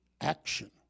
action